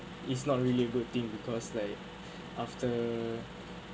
it's not really a good thing because like after